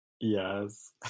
Yes